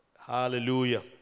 Hallelujah